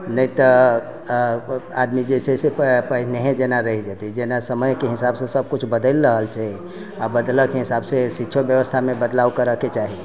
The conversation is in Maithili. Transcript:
नहि तऽ आदमी जे छै से पहिने जेना रहि जेतै जेना समयके हिसाबसँ सब किछु बदलि रहल छै आओर बदलऽके हिसाबसँ शिक्षो व्यवस्थामे बदलाव करऽके चाही